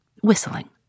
whistling